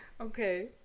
Okay